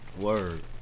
Word